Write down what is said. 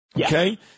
okay